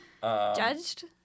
Judged